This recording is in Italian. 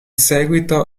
seguito